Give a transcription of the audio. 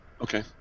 Okay